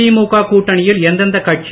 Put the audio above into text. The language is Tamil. திமுக கூட்டணியில் எந்தெந்தக் கட்சி